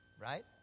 Right